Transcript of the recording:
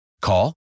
Call